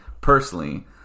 personally